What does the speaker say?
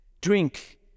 drink